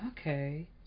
Okay